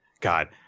God